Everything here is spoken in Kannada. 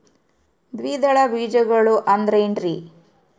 ದ್ವಿದಳ ಬೇಜಗಳು ಅಂದರೇನ್ರಿ?